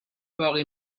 باقی